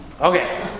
Okay